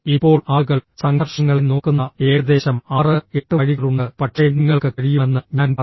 ഇപ്പോൾ ആളുകൾ സംഘർഷങ്ങളെ നോക്കുന്ന ഏകദേശം 6 8 വഴികളുണ്ട് പക്ഷേ നിങ്ങൾക്ക് കഴിയുമെന്ന് ഞാൻ പറയും